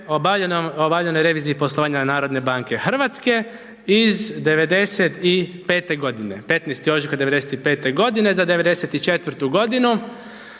obavljenoj reviziji poslovanja Narodne banke Hrvatske iz '95. godine, 15. ožujka '95. godine, za '94. godinu,